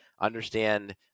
understand